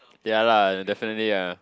ya lah definitely ah